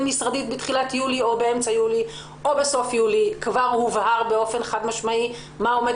משרדית ביולי כבר הובהר באופן חד משמעי מה עומד